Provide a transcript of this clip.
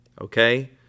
Okay